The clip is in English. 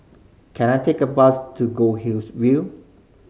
can I take a bus to Goldhill's View